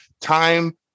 time